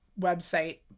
website